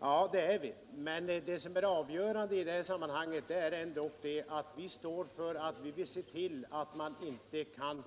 Ja, det är vi, men det avgörande i det sammanhanget är ändock att vi vill se till att arbetsgivaren inte skall kunna